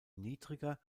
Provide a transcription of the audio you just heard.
niedriger